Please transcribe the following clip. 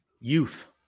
youth